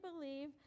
believe